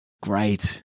great